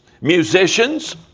musicians